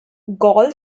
gall